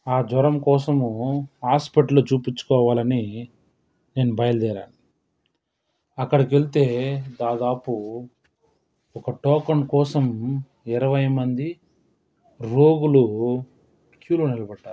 ఆ జ్వరం కోసము హాస్పిటల్లో చూపించుకోవాలని నేను బయలుదేరా అక్కడికి వెళ్తే దాదాపు ఒక టోకెన్ కోసం ఇరవై మంది రోగులు క్యూలో నిలబడ్డారు